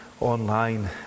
online